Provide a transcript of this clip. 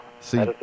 See